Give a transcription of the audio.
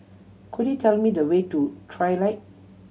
could you tell me the way to Trilight